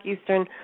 Eastern